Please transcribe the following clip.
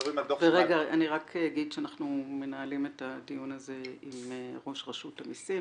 אני רק אגיד שאנחנו מנהלים את הדיון הזה עם ראש רשות המיסים,